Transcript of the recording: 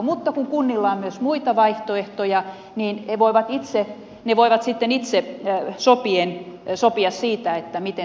mutta kun kunnilla on myös muita vaihtoehtoja niin ne voivat sitten itse sopia siitä miten toimitaan